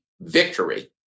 victory